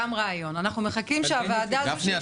גפני,